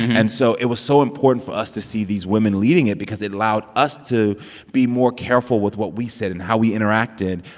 and so it was so important for us to see these women leading it because it allowed us to be more careful with what we said and how we interacted.